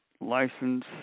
license